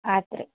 ಆಯ್ತು ರೀ